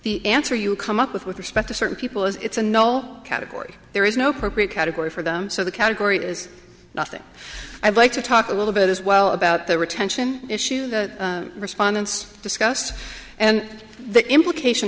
the answer you come up with with respect to certain people is it's a no category there is no procreate category for them so the category is nothing i'd like to talk a little bit as well about the retention issues respondents discussed and the implication